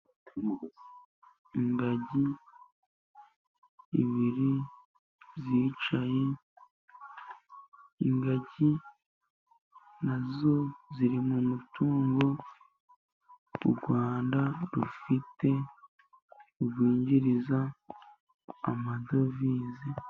Ingagi ebyiri zicaye, ingagi nazo ziri mu mutungo u Rwanda rufite urwinjiriza amadovize.